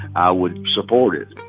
i would support it.